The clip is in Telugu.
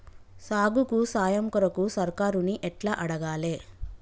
సాగుకు సాయం కొరకు సర్కారుని ఎట్ల అడగాలే?